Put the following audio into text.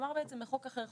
מדובר פה בעצם בחוק אחר,